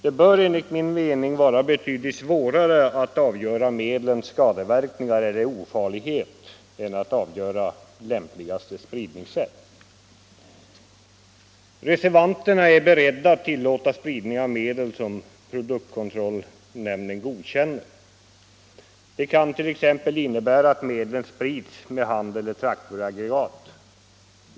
Det bör enligt min mening vara betydligt svårare att avgöra medlens skadeverkningar eller ofarlighet än att avgöra frågan om lämpligaste spridningssätt. Reservanterna är beredda att tillåta spridning av medel som produktkontrollnämnden godkänner. Det kan t.ex. innebära att medlen sprids med handeller traktoraggregat.